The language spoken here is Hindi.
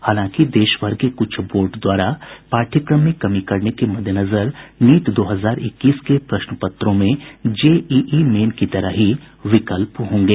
हालाँकि देश भर के कुछ बोर्ड द्वारा पाठ्यक्रम में कमी करने के मद्देनजर नीट दो हजार इक्कीस के प्रश्न पत्रों में जेईई मेन की तरह ही विकल्प होंगे